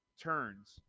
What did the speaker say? Turns